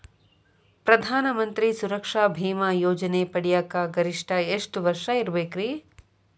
ಪ್ರಧಾನ ಮಂತ್ರಿ ಸುರಕ್ಷಾ ಭೇಮಾ ಯೋಜನೆ ಪಡಿಯಾಕ್ ಗರಿಷ್ಠ ಎಷ್ಟ ವರ್ಷ ಇರ್ಬೇಕ್ರಿ?